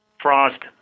frost